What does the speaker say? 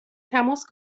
تماس